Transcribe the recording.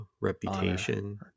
Reputation